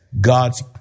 God's